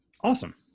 awesome